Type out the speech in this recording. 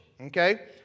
Okay